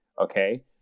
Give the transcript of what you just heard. okay